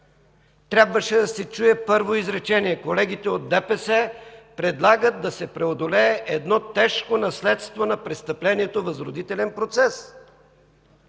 трябваше първо да се чуе изречение: „Колегите от ДПС предлагат да се преодолее едно тежко наследство на престъплението възродителен процес”;